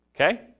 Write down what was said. Okay